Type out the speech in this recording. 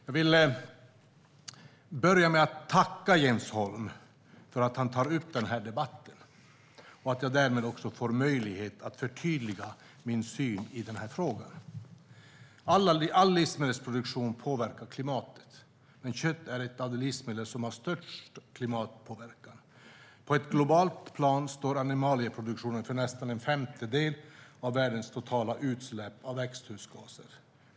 Jag vill börja med att tacka Jens Holm för att han tar upp denna debatt och att jag därmed får möjlighet att förtydliga min syn i denna fråga. All livsmedelsproduktion påverkar klimatet, men kött är ett av de livsmedel som har störst klimatpåverkan. På ett globalt plan står animalieproduktionen för nästan en femtedel av världens totala utsläpp av växthusgaser.